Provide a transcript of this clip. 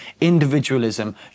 individualism